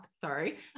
sorry